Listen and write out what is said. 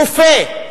כופה,